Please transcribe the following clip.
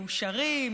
מאושרים,